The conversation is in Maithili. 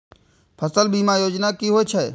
फसल बीमा योजना कि होए छै?